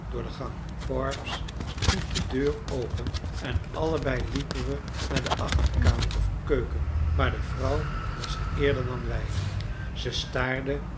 door de gang forbes stiet de deur open en allebei liepen we naar de achterkamer of keuken maar de vrouw was er eerder dan wij zij staarde